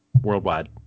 worldwide